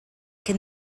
can